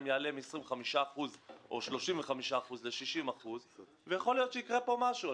יעלה מ-25% או 35% ל-60% ויכול להיות שיקרה פה משהו.